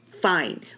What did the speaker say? fine